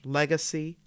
legacy